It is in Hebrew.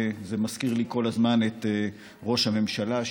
זה מזכיר לי כל הזמן את ראש הממשלה,